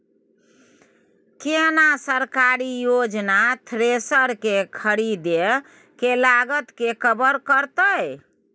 केना सरकारी योजना थ्रेसर के खरीदय के लागत के कवर करतय?